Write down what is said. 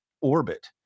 orbit